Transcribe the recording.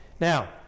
now